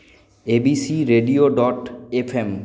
ABC radio dot FM